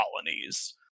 colonies